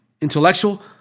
Intellectual